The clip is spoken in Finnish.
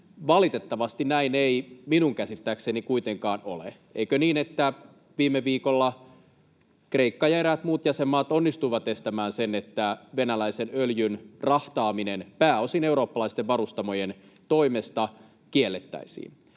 Valitettavasti näin ei minun käsittääkseni kuitenkaan ole. Eikö niin, että viime viikolla Kreikka ja eräät muut jäsenmaat onnistuvat estämään sen, että venäläisen öljyn rahtaaminen pääosin eurooppalaisten varustamojen toimesta kiellettäisiin?